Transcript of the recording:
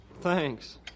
Thanks